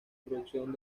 producción